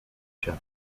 się